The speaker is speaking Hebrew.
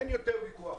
גברתי, אין יותר ויכוח.